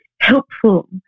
helpful